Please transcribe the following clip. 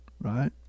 right